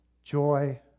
joy